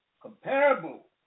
comparable